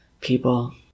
people